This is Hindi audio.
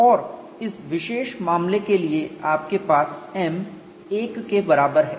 और इस विशेष मामले के लिए आपके पास m 1 के बराबर है